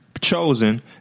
chosen